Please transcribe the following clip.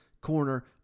corner